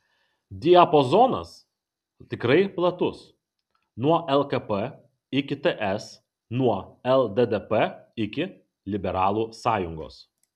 diapazonas tikrai platus nuo lkp iki ts nuo lddp iki liberalų sąjungos